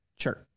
Sure